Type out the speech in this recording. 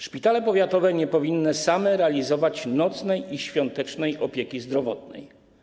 Szpitale powiatowe nie powinny same realizować nocnej i świątecznej opieki zdrowotnej.